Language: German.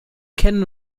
kennen